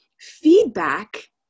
feedback